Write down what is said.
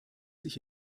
sich